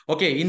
Okay